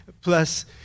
plus